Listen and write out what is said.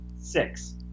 Six